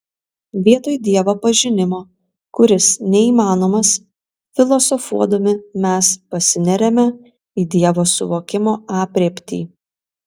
vietoj dievo pažinimo kuris neįmanomas filosofuodami mes pasineriame į dievo suvokimo aprėptį